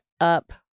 up